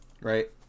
Right